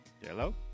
Hello